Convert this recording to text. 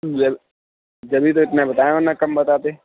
جب جبھی تو اتنے بتایا ورنہ کم بتاتے